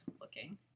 looking